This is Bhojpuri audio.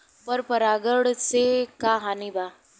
पर परागण से का हानि बा?